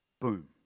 Boom